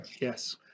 Yes